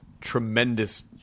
tremendous